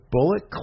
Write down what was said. Bullet